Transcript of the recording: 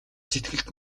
сэтгэлд